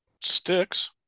Sticks